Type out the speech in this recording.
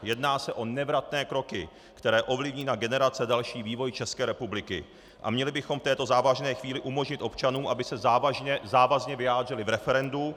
Jedná se o nevratné kroky, které ovlivní na generace další vývoj České republiky, a měli bychom v této závažné chvíli umožnit občanům, aby se závazně vyjádřili v referendu.